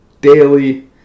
daily